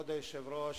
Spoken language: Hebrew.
כבוד היושב-ראש,